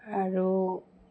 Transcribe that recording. আৰু